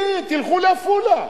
כן, תלכו לעפולה.